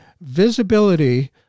Visibility